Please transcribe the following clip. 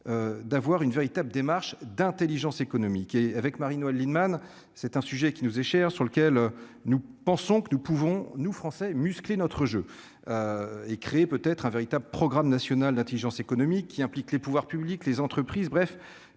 d'avoir une véritable démarche d'Intelligence économique et avec Marie-Noëlle Lienemann, c'est un sujet qui nous est cher, sur lequel nous pensons que nous pouvons, nous, Français, muscler notre jeu écrit peut être un véritable programme national d'Intelligence économique qui implique les pouvoirs publics, les entreprises, bref